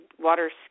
water